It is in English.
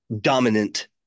dominant